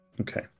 Okay